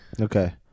Okay